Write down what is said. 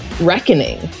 reckoning